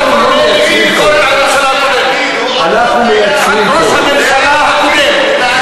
על ראש הממשלה הקודם.